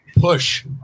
push